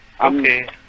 Okay